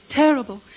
terrible